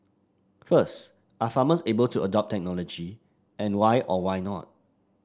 first are farmers able to adopt technology and why or why not